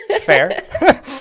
Fair